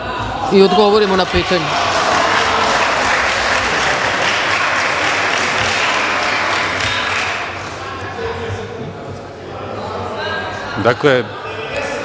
i odgovorimo na pitanje.